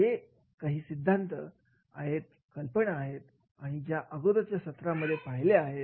जे काही सिद्धांत आहेतसंकल्पना आहेत ज्या आपण अगोदरच्या सत्रामध्ये पहिले आहेत